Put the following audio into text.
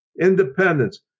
independence